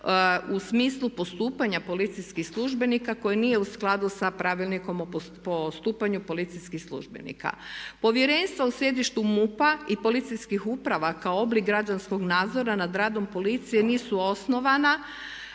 u smislu postupanja policijskih službenika koji nije u skladu sa Pravilnikom o postupanju policijskih službenika. Povjerenstvo u sjedištu MUP-a i policijskih uprava kao oblik građanskog nadzora nad radom policije nisu osnovana